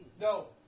No